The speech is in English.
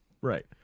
right